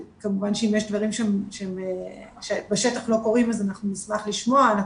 כמובן שאם יש דברים שבשטח לא קורים אנחנו נשמח לשמוע.